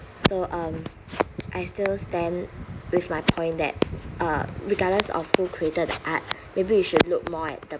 so um I still stand with my point that uh regardless of who created the art maybe we should look more at the